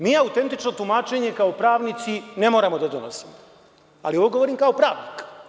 Nije autentično tumačenje, kao pravnici ne moramo da donosimo, ali ovo govorim kao pravnik.